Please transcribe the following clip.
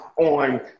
on